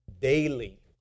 daily